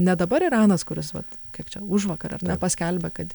ne dabar iranas kuris vat kiek čia užvakar ar ne paskelbė kad